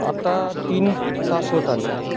आता तीन तास होत आले आहेत